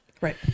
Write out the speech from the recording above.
Right